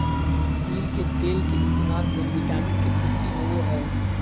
तिल के तेल के इस्तेमाल से विटामिन के पूर्ति होवो हय